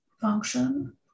function